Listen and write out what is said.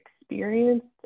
experienced